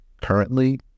Currently